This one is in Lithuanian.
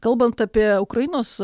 kalbant apie ukrainos